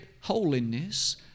holiness